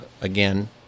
again